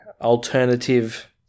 alternative